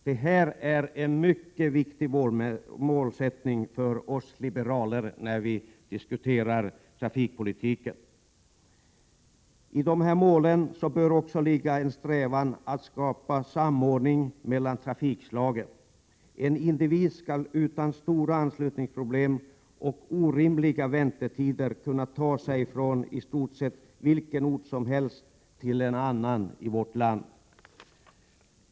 Det är en mycket viktig målsättning för oss liberaler när vi diskuterar trafikpolitiken. I dessa mål bör också ligga en strävan att skapa samordning mellan trafikslagen. En individ skall utan stora anslutningsproblem och orimliga väntetider kunna ta sig från i stort sett vilken ort som helst till en annan ort i vårt land.